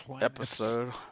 episode